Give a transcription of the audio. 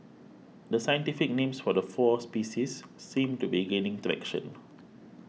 the scientific names for the four species seem to be gaining traction